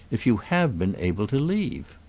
if you have been able to leave?